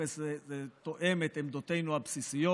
וזה תואם את עמדותינו הבסיסיות.